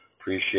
appreciate